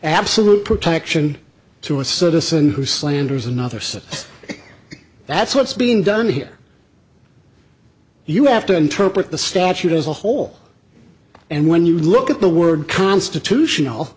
absolute protection to a citizen who slanders another so that's what's being done here you have to interpret the statute as a whole and when you look at the word constitutional